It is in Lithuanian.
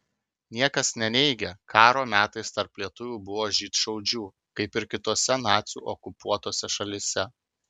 niekas neneigia karo metais tarp lietuvių buvo žydšaudžių kaip ir kitose nacių okupuotose šalyse